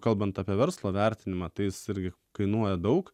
kalbant apie verslo vertinimą tai jis irgi kainuoja daug